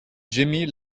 jimmy